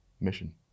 mission